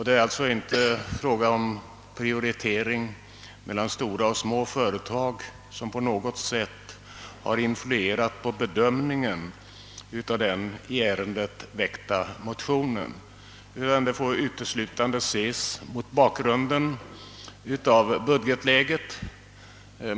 Det är alltså inte fråga om Pprioritering mellan stora och små företag som på något sätt har påverkat bedömningen av den i ärendet väckta motionen. Bedömningen får uteslutande ses mot bakgrunden av budgetläget.